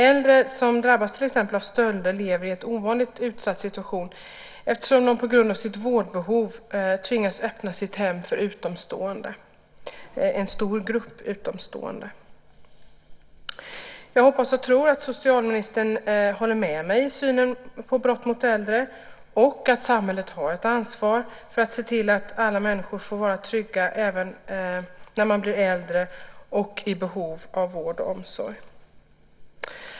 Äldre som drabbats av till exempel stölder lever i en ovanligt utsatt situation eftersom de på grund av sitt vårdbehov tvingas öppna sitt hem för en stor grupp utomstående. Jag hoppas och tror att socialministern håller med mig i synen på brott mot äldre och att samhället har ett ansvar att se till att alla människor får vara trygga även när man blir äldre och i behov av vård och omsorg.